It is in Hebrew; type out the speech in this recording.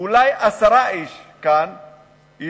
אולי עשרה איש כאן ידעו,